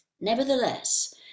Nevertheless